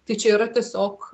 tai čia yra tiesiog